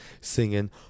singing